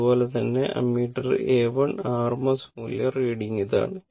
അതുപോലെ തന്നെ അമ്മീറ്ററിന്റെ A1 RMS വാല്യൂ റീഡിംഗ് ഇതാണ്